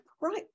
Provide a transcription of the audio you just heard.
right